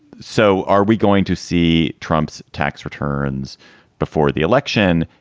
so are we going to see trump's tax returns before the election?